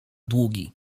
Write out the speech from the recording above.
długi